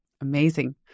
Amazing